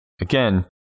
Again